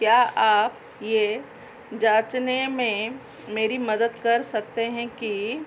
क्या आप यह जाँचने में मेरी मदद कर सकते हैं कि